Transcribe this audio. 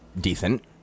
decent